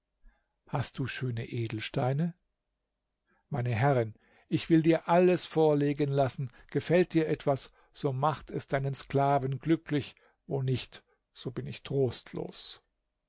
hast du schöne edelsteine meine herrin ich will dir alles vorlegen lassen gefällt dir etwas so macht es deinen sklaven glücklich wo nicht so bin ich trostlos